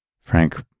Frank